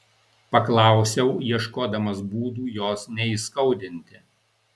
paklausiau ieškodamas būdų jos neįskaudinti